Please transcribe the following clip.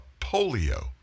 polio